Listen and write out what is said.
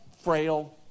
frail